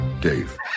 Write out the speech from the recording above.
Dave